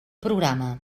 programa